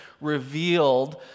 revealed